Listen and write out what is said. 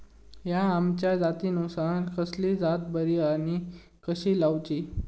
हया आम्याच्या जातीनिसून कसली जात बरी आनी कशी लाऊची?